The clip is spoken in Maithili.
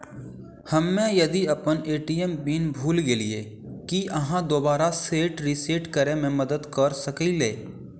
हम्मे यदि अप्पन ए.टी.एम पिन भूल गेलियै, की अहाँ दोबारा सेट रिसेट करैमे मदद करऽ सकलिये?